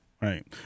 Right